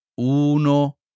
uno